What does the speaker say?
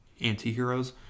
antiheroes